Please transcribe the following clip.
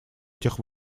этих